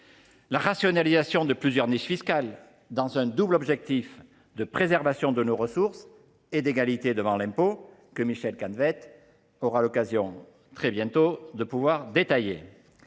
la rationalisation de plusieurs niches fiscales dans un double objectif de préservation de nos ressources et d’égalité devant l’impôt – Michel Canévet aura l’occasion de vous détailler